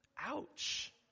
Ouch